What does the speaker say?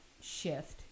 shift